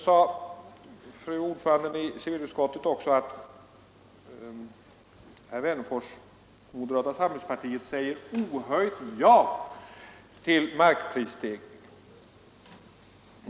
Fru ordföranden i civilutskottet anser att moderata samlingspartiet säger ohöljt ja till markprisstegring.